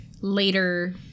later